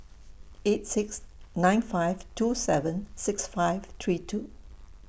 eight six nine five two seven six five three two